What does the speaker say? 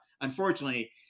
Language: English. Unfortunately